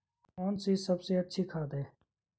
कौन सी सबसे अच्छी खाद है?